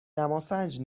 دماسنج